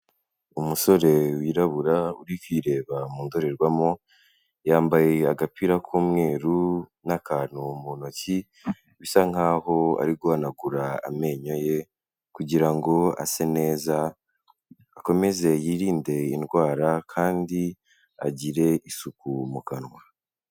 Umusore wirabura uri kwireba mu ndorerwamo, yambaye agapira k'umweru n'akantu mu ntoki, bisa nkaho ari guhanagura amenyo ye kugira ngo ase neza, akomeze yirinde indwara kandi agire isuku mu kanwa.